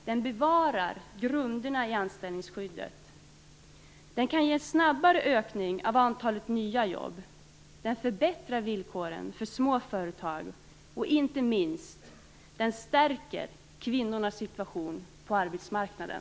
Den bevarar grunderna i anställningsskyddet. Den kan ge en snabbare ökning av antalet nya jobb. Den förbättrar villkoren för små företag. Inte minst stärker den kvinnornas situation på arbetsmarknaden.